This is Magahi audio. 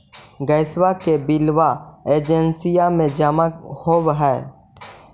गैसवा के बिलवा एजेंसिया मे जमा होव है?